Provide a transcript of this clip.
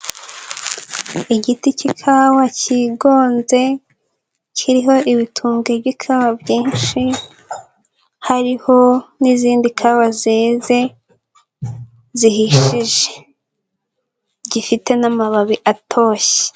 Igiti cy'ikawa kigonze, kiriho ibitubwe by'ikawa byinshi, hariho n'izindi kawa zeze, zihishije, gifite n'amababi atoshye.